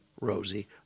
Rosie